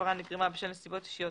שההפרה נגרמה בשל נסיבות אישיות